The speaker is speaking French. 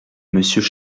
monsieur